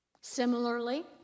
Similarly